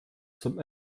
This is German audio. zum